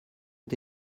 ont